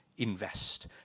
invest